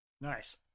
Nice